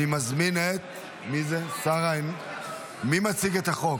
מי מציג את החוק?